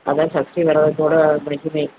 அதுதான் சஷ்டி விரதம் கூட மகிமை